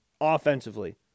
offensively